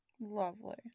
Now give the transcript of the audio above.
Lovely